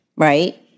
Right